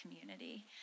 community